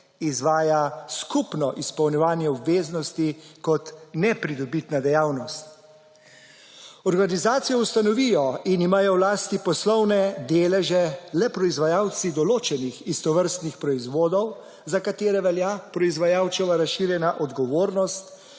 izvaja skupno izpolnjevanje obveznosti kot nepridobitna dejavnost. Organizacijo ustanovijo in imajo v lasti poslovne deleže le proizvajalci določenih istovrstnih proizvodov, za katere velja proizvajalčeva razširjena odgovornost,